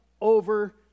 over